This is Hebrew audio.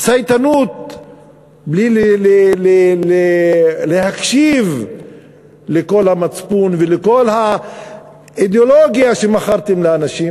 צייתנות בלי להקשיב לקול המצפון ולכל האידיאולוגיה שמכרתם לאנשים,